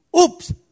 oops